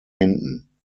hinten